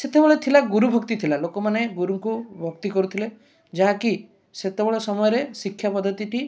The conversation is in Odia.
ସେତେବେଳେ ଥିଲା ଗୁରୁ ଭକ୍ତି ଥିଲା ଲୋକମାନେ ଗୁରୁଙ୍କୁ ଭକ୍ତି କରୁଥିଲେ ଯାହାକି ସେତେବେଳେ ସମୟରେ ଶିକ୍ଷା ପଦ୍ଧତିଟି